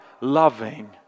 loving